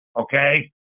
okay